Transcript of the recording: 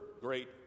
great